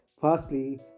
Firstly